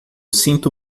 sinto